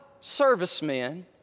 servicemen